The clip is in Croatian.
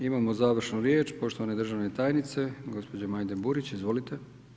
Imamo završnu riječ poštovane državne tajnice gospođe Majde Burić, izvolite.